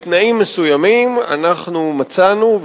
בתנאים מסוימים אנחנו מצאנו,